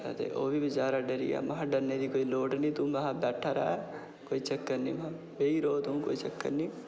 ते ओह् बी बेचारा डरी गेआ महां डरने दी कोई लोड़ निं तूं महां बैठा रौह् कोई चक्कर निं महां बेही रौह् तूं महां कोई चक्कर निं